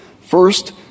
First—